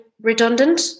redundant